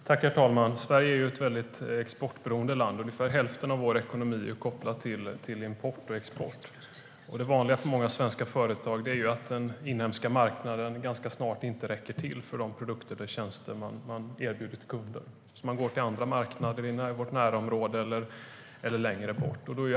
STYLEREF Kantrubrik \* MERGEFORMAT NäringspolitikHerr ålderspresident! Sverige är ett väldigt exportberoende land. Ungefär hälften av vår ekonomi är kopplad till import och export. Det vanliga för många svenska företag är att den inhemska marknaden ganska snart inte räcker till för de produkter eller tjänster de erbjuder till kunder. Då går de till andra marknader i vårt närområde eller längre bort.